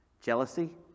Jealousy